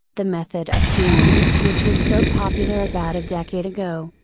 the method of healing, which was so popular about a decade ago,